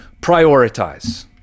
prioritize